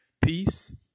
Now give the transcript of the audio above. peace